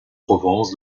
provence